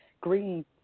green